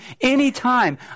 anytime